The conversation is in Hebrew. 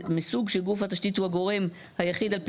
"היה קו התשתית מסוג שגוף התשתית הוא הגורם היחיד על פי